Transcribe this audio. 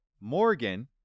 Morgan